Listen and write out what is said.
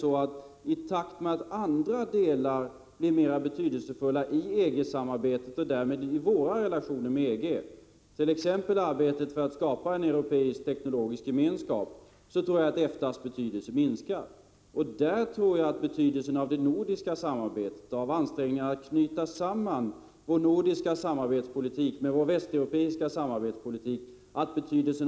Men i takt med att andra delar blir mera betydelsefulla i EG-samarbetet och därmed i våra relationer med EG, t.ex. arbetet med att skapa en europeisk teknologisk gemenskap, tror jag att EFTA:s betydelse minskar. Och jag tror att det nordiska samarbetet och ansträngningarna att knyta samman vår nordiska samarbetspolitik med vår västeuropeiska samarbetspolitik får ökad betydelse.